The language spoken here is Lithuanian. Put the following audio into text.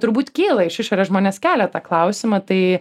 turbūt kyla iš išorės žmonės kelia tą klausimą tai